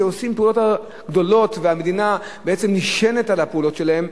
כשעושים פעולות גדולות והמדינה נשענת על הפעולות שלהם,